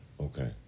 Okay